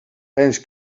tijdens